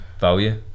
value